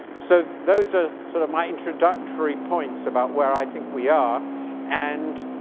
so those are sort of my introductory points about where i think we are and